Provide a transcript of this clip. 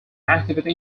activity